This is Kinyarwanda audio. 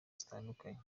zitandukanye